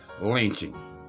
lynching